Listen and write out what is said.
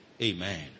Amen